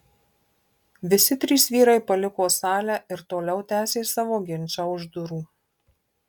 visi trys vyrai paliko salę ir toliau tęsė savo ginčą už durų